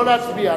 לא להצביע,